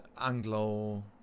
anglo